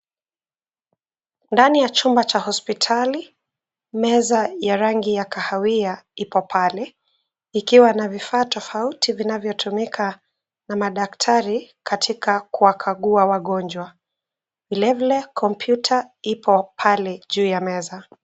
Ndani ya chumba cha hospitali, meza ya rangi ya kahawia iko pale ,ikiwa na vifaa tofauti vinavyotumika na madaktari katika kuwakagua wagonjwa. Vilevile kompyuta ipo pale juu ya meza.